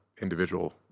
individual